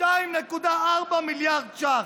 2.4 מיליארד שקלים,